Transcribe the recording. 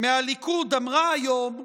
מהליכוד אמרה היום,